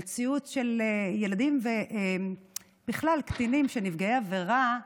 המציאות של ילדים ובכלל קטינים שהם נפגעי עבירה,